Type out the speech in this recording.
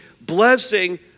blessing